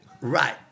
right